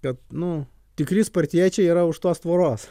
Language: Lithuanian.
kad nu tikri spartiečiai yra už tos tvoros